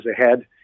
ahead